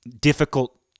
difficult